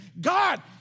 God